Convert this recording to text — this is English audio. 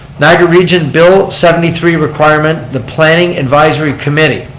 niagara region, bill seventy three requirement the planning advisory committee.